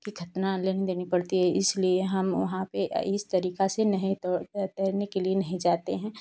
की खतरा नहीं लेनी पड़ती है इसलिए हम वहाँ पर इस तरीका से नहीं तैरने के लिए नहीं जाते हैं